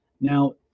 Now